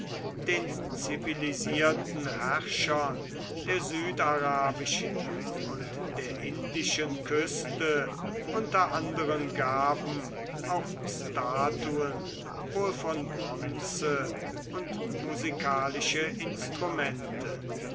den zivilisierten herrschern der südarabischen und der indischen küste unter anderen gaben auch statuen wohl von bronze und musikalische instrumente